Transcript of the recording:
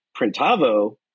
Printavo